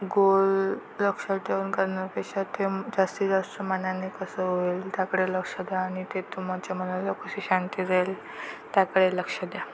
गोल लक्ष ठेऊन करण्यापेक्षा ते जास्ती जास्त मनाने कसं होईल त्याकडे लक्ष द्या आणि ते तुमच्या मनाला कशी शांती जाईल त्याकडे लक्ष द्या